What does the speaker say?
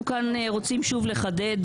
אנחנו כאן רוצים שוב לחדד,